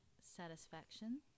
satisfaction